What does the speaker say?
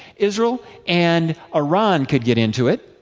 israel and iran could get into it.